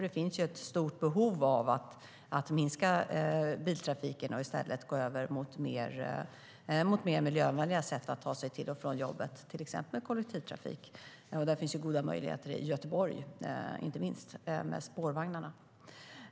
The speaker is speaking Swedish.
Det finns nämligen ett stort behov av att minska biltrafiken och i stället gå över till mer miljövänliga sätt att ta sig till och från jobbet, till exempel med kollektivtrafik. Där finns goda möjligheter i Göteborg, inte minst med spårvagnarna.